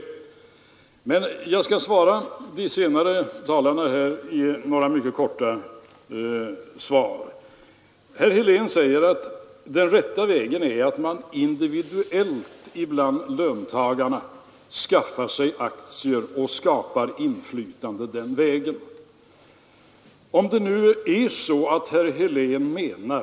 24 maj 1973 Jag skall ge de senare talarna här några mycket korta svar. Herr Helén säger att den rätta vägen är att man individuellt bland löntagarna skaffar sig aktier och på det sättet skapar inflytande.